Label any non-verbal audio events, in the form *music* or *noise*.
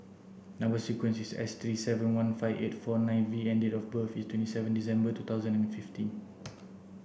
number sequence is S three seven one five eight four nine V and date of birth is twenty seven December two thousand and fifteen *noise*